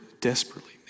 desperately